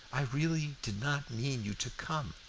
i really did not mean you to come,